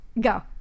Go